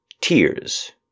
Tears